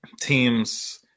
Teams